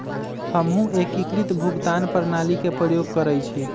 हमहु एकीकृत भुगतान प्रणाली के प्रयोग करइछि